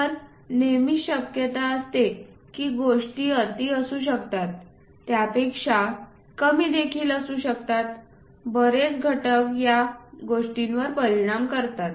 तर नेहमीच शक्यता असते की गोष्टी अति असू शकतात त्यापेक्षा कमी देखील असू शकतात बरेच घटक या गोष्टींवर परिणाम करतात